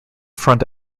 front